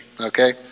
okay